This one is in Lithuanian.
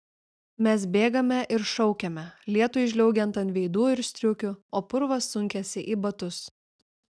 mes bėgame ir šaukiame lietui žliaugiant ant veidų ir striukių o purvas sunkiasi į batus